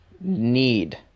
need